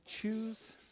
choose